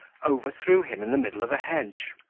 overthrew him in the middle of a hedge.